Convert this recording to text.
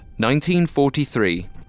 1943